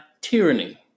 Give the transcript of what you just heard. tyranny